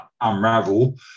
unravel